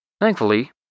Thankfully